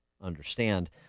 understand